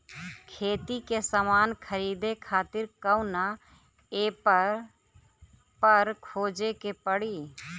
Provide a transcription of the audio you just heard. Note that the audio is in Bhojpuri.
खेती के समान खरीदे खातिर कवना ऐपपर खोजे के पड़ी?